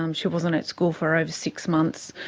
um she wasn't at school for over six months,